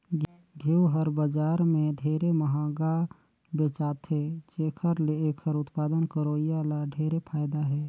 घींव हर बजार में ढेरे मंहगा बेचाथे जेखर ले एखर उत्पादन करोइया ल ढेरे फायदा हे